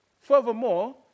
Furthermore